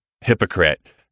hypocrite